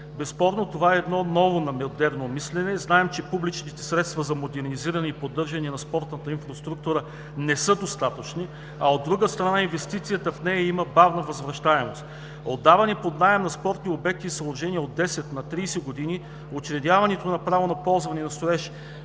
Безспорно това е едно ново модерно мислене и знаем, че публичните средства за модернизиране и поддържане на спортната инфраструктура не са достатъчни, а от друга страна, инвестицията в нея има бавна възвръщаемост. Отдаването под наем на спортни обекти и съоръжения от 10 на 30 години, учредяването на право на ползване, на строеж